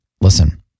listen